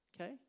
Okay